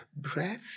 breath